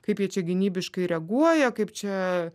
kaip jie čia gynybiškai reaguoja kaip čia